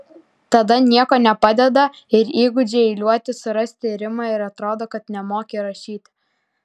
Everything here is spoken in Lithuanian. tada nieko nepadeda ir įgūdžiai eiliuoti surasti rimą ir atrodo kad nemoki rašyti